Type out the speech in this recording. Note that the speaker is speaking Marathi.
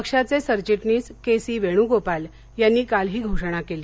पक्षाचे सरचिटणीस के सी वेणुगोपाल यांनी काल ही घोषणा केली